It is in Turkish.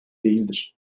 değildir